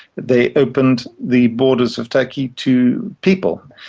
they opened the borders of turkey to people.